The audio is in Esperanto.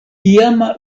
iama